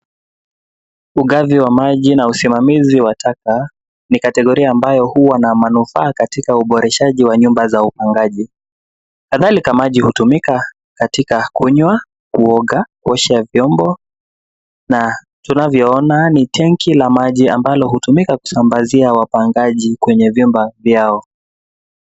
Ugavi wa maji na usimamizi wa taka, ni kategoria ambayo huwa na manufaa katika uboreshaji wa nyumba za upangaji. Kadhalika maji hutumika katika kunywa, kuoga, kuosha vyombo na tunavyoona ni tenki la maji ambalo hutumika kusambazia wapangaji kwenye vyumba vyao.